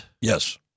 yes